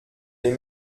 les